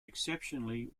exceptionally